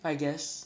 I guess